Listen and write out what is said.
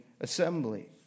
assembly